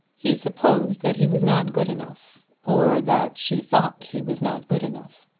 he supposed that he was not good enough or that she thought he was not good enough.